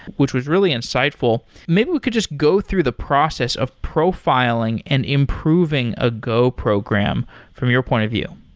which was really insightful. maybe we could just go through the process of profiling and improving a go program from your point of view.